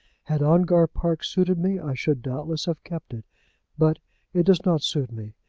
had ongar park suited me i should, doubtless, have kept it but it does not suit me,